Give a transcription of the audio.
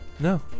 No